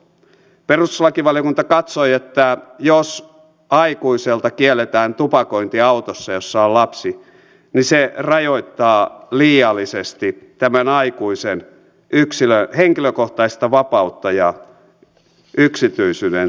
perustuslakivaliokunta katsoi että jos aikuiselta kielletään tupakointi autossa jossa on lapsi niin se rajoittaa liiallisesti tämän aikuisen henkilökohtaista vapautta ja yksityisyydensuojaa